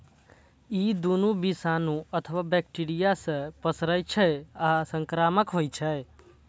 ई दुनू विषाणु अथवा बैक्टेरिया सं पसरै छै आ संक्रामक होइ छै